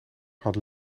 had